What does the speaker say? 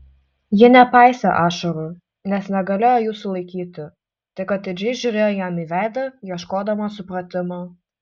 ji nepaisė ašarų nes negalėjo jų sulaikyti tik atidžiai žiūrėjo jam į veidą ieškodama supratimo